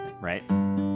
right